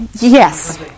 Yes